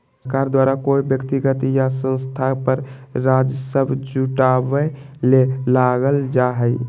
सरकार द्वारा कोय व्यक्ति या संस्था पर राजस्व जुटावय ले लगाल जा हइ